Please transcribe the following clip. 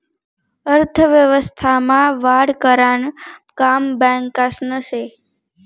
अर्थव्यवस्था मा वाढ करानं काम बॅकासनं से